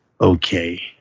okay